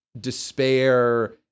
despair